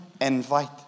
invite